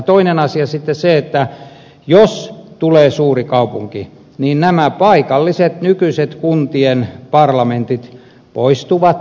toinen asia on sitten se että jos tulee suuri kaupunki niin nämä paikalliset nykyiset kuntien parlamentit poistuvat